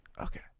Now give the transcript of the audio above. okay